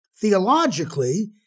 Theologically